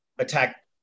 attack